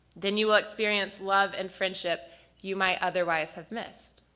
then you will experience love and friendship you might otherwise have missed.